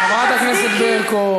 חברת הכנסת ברקו.